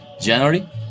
January